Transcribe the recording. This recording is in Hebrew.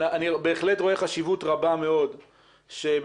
אני בהחלט רואה חשיבות רבה מאוד שבפרויקט